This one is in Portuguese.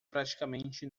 praticamente